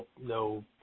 No